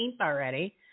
already